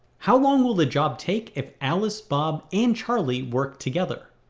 how long will the job take if alice, bob, and charlie work together?